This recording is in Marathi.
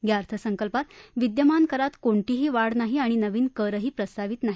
या अर्थसंकल्पात विद्यमान करात कोणतीही वाढ नाही आणि नवीन करही प्रस्तावित नाही